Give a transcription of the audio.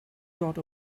got